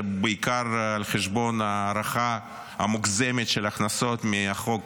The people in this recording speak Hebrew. זה בעיקר על חשבון ההערכה המוגזמת של הכנסות מחוק